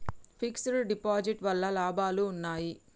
Fix డ్ deposit వల్ల లాభాలు ఉన్నాయి?